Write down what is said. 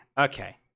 okay